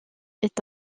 est